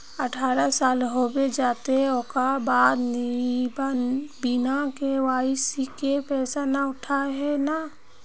अठारह साल होबे जयते ओकर बाद बिना के.वाई.सी के पैसा न उठे है नय?